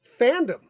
fandom